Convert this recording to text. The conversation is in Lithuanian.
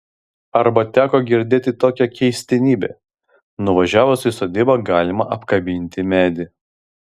arba teko girdėt tokią keistenybę nuvažiavus į sodybą galima apkabinti medį